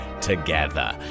together